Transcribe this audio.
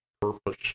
purpose